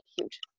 huge